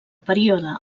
període